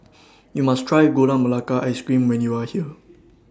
YOU must Try Gula Melaka Ice Cream when YOU Are here